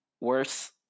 worse